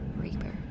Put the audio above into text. Reaper